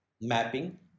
mapping